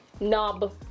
Knob